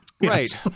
Right